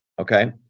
okay